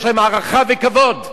יש להן הערכה וכבוד,